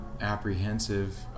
apprehensive